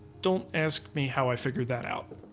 don't ask me how i figured that out.